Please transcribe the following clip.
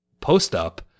post-up